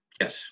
yes